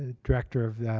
ah director of